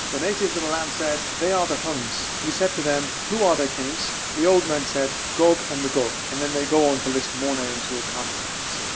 the natives of the land said they are the huns. he said to them who are their kings? the old man said gog and magog and then they go on to list more names, who are behind the mountains.